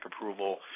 approval